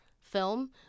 film